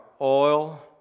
oil